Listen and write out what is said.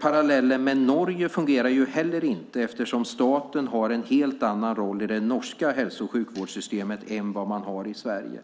Parallellen med Norge fungerar inte heller eftersom staten har en helt annan roll i det norska hälso och sjukvårdssystemet än vad den har i Sverige.